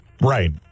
Right